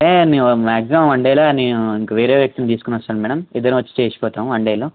అంటే నేను maximum one డేలో నేను ఇంక వేరే వ్యక్తిని తీసుకుని వస్తాను మేడం ఇద్దరం వచ్చి చేసి పోతాం వన్ డేలో